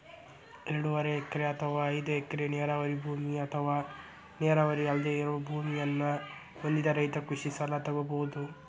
ಎರಡೂವರೆ ಎಕರೆ ಅತ್ವಾ ಐದ್ ಎಕರೆ ನೇರಾವರಿ ಭೂಮಿ ಅತ್ವಾ ನೇರಾವರಿ ಅಲ್ದೆ ಇರೋ ಭೂಮಿಯನ್ನ ಹೊಂದಿದ ರೈತ ಕೃಷಿ ಸಲ ತೊಗೋಬೋದು